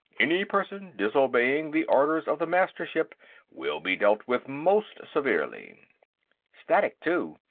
any person disobeying the orders of the mastership will be dealt with most severely static, too.